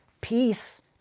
peace